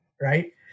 right